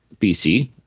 BC